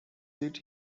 sit